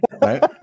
Right